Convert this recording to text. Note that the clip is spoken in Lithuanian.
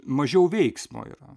mažiau veiksmo yra